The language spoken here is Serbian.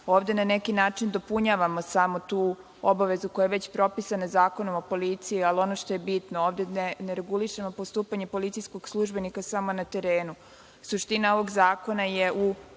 Ovde na neki način dopunjavamo samo tu obavezu koja je već propisana Zakonom o policiji. Ali, ono što je bitno, ovde ne regulišemo postupanje policijskog službenika samo na terenu. Suština